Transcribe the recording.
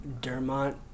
Dermont